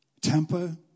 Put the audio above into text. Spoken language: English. temper